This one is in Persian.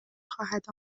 خواهد